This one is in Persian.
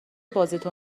بازیتو